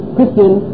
Christian